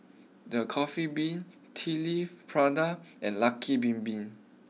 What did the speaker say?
the Coffee Bean Tea leaf Prada and Lucky Bin Bin